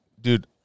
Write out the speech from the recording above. Dude